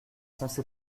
censé